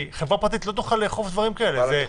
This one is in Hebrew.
כי חברה פרטית לא תוכל לאכוף דברים כאלה.